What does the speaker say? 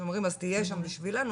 שאומרים אז תהיה שם בשבילנו,